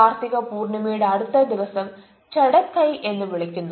കാർത്തിക പൂർണിമയുടെ അടുത്ത ദിവസം "ചഡക് കൈ" എന്ന് വിളിക്കുന്നു